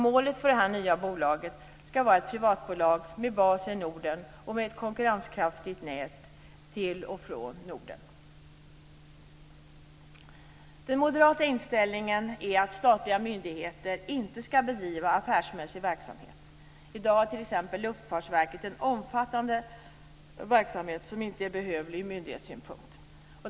Målet för det nya bolaget skall vara ett privatbolag med bas i Norden och med ett konkurrenskraftigt flygnät till och från Norden. Den moderata inställningen är att statliga myndigheter inte skall bedriva affärsmässig verksamhet. I dag har t.ex. Luftfartsverket en omfattande verksamhet som inte är behövlig från myndighetssynpunkt.